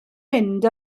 mynd